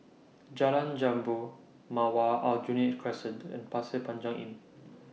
Jalan Jambu Mawar Aljunied Crescent and Pasir Panjang Inn